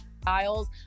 styles